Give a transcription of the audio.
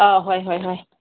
ꯑꯥ ꯍꯣꯏ ꯍꯣꯏ ꯍꯣꯏ